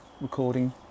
recording